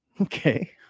Okay